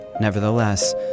nevertheless